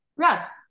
yes